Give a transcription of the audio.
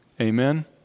Amen